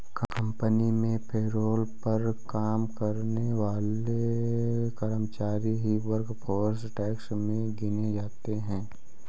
company में payroll पर काम करने वाले कर्मचारी ही वर्कफोर्स टैक्स में गिने जाते है